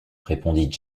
répondit